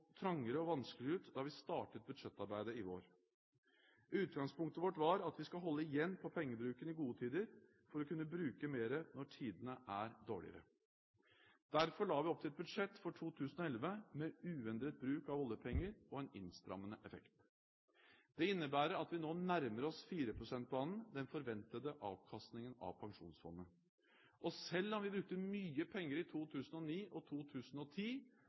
trangere og vanskeligere ut da vi startet budsjettarbeidet i vår. Utgangspunktet vårt var at vi skal holde igjen på pengebruken i gode tider for å kunne bruke mer når tidene er dårligere. Derfor la vi opp til et budsjett for 2011 med uendret bruk av oljepenger og en innstrammende effekt. Dette innebærer at vi nå nærmer oss 4-prosentbanen – den forventede avkastningen av pensjonsfondet. Selv om vi brukte mye penger i 2009 og 2010,